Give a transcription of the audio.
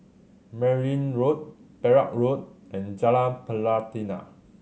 Merryn Road Perak Road and Jalan Pelatina